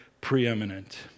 preeminent